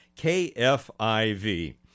KFIV